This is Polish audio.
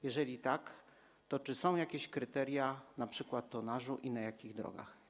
Jeżeli tak, to czy są jakieś kryteria, np. tonażu, i na jakich drogach?